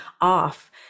off